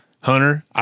Hunter